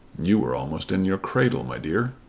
you were almost in your cradle, my dear.